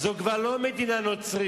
זו כבר לא מדינה נוצרית.